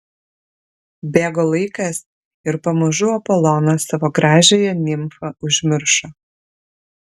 bėgo laikas ir pamažu apolonas savo gražiąją nimfą užmiršo